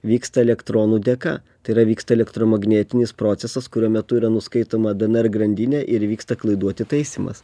vyksta elektronų dėka tai yra vyksta elektromagnetinis procesas kurio metu yra nuskaitoma dnr grandinė ir vyksta klaidų atitaisymas